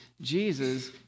Jesus